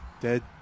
Dead